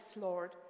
Lord